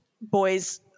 boys